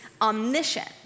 omniscient